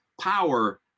power